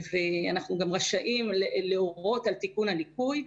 אנחנו גם רשאים להורות על תיקון הליקוי.